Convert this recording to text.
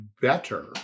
better